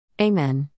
Amen